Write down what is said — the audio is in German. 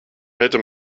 hätte